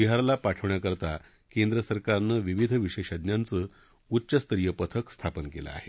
बिहारला पाठवण्यापूरता केंद्रसरकारनं विविध विशेषज्ञांचं उच्चस्तरिय पथक स्थापन केलं आहे